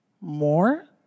More